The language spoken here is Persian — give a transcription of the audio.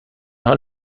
حال